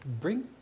bring